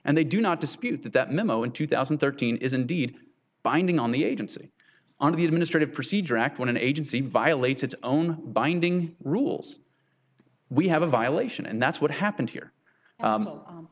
and they do not dispute that that memo in two thousand and thirteen is indeed binding on the agency and the administrative procedure act when an agency violates its own binding rules we have a violation and that's what happened here